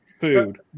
food